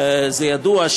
זה ידוע,